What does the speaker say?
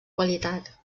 qualitat